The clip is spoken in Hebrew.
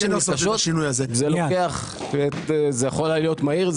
זה יכול להיות מהיר.